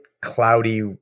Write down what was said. cloudy